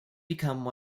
become